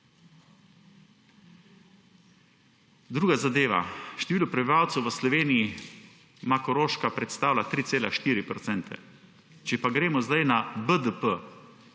Druga zadeva. Število prebivalcev v Sloveniji, Koroška predstavlja 3,4 %. Če pa gremo zdaj na BDP.